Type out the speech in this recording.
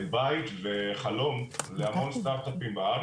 בית וחלום להרבה סטארט אפים בארץ,